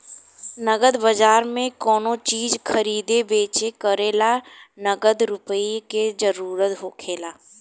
नगद बाजार में कोनो चीज खरीदे बेच करे ला नगद रुपईए के जरूरत होखेला